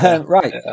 Right